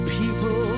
people